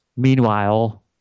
Meanwhile